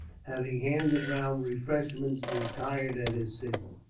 having handed round refreshments, retired at his signal.